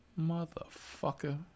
Motherfucker